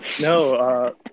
No